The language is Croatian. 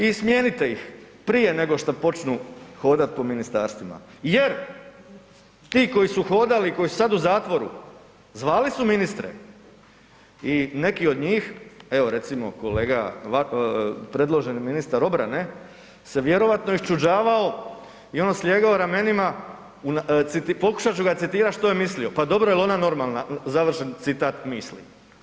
I smijenite ih prije nego što počnu hodat po ministarstvima jer ti koji su hodali, koji su sad u zatvoru, zvali su ministre i neki od njih, evo recimo kolega predloženi ministar obrane se vjerovatno iščuđavao i slijegao ramena, pokušat ću ga citirati što je mislio „pa dobro, jel ona normalna?“, završen citat misli.